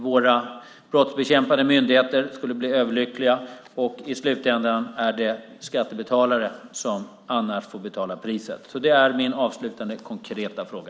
Våra brottsbekämpande myndigheter skulle bli överlyckliga. I slutändan är det skattebetalarna som annars får betala priset. Det är min avslutande konkreta fråga.